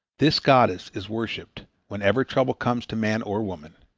this goddess is worshipped whenever trouble comes to man or woman.